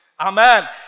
Amen